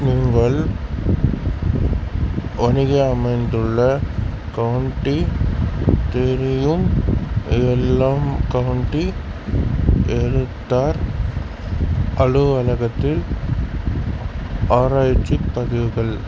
நீங்கள் வணிக அமைந்துள்ள கவுண்டி தெரியும் எல்லாம் கவுண்டி எழுத்தார் அலுவலகத்தில் ஆராய்ச்சிப் பதிவுகள்